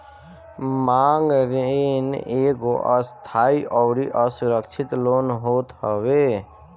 मांग ऋण एगो अस्थाई अउरी असुरक्षित लोन होत हवे